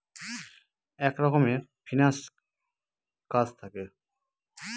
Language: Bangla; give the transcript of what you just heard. এক রকমের ফিন্যান্স কাজ থাকে